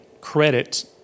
credit